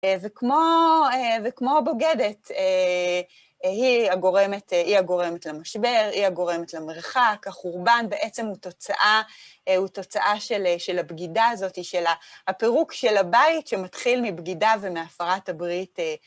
וכמו בוגדת, היא הגורמת למשבר, היא הגורמת למרחק, החורבן, בעצם הוא תוצאה של הבגידה הזאת, היא של הפירוק של הבית שמתחיל מבגידה ומהפרת הברית.